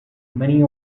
many